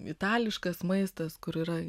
itališkas maistas kur yra